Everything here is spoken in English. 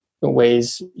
ways